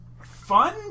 fun